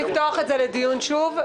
אפשר לפתוח את זה לדיון שוב?